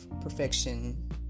perfection